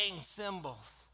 symbols